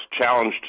challenged